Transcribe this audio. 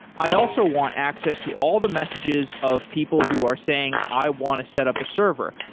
i also want access to all the messages of people who are saying i want to set up a server.